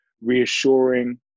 reassuring